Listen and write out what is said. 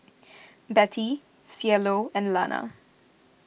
Betty Cielo and Lana